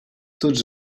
tots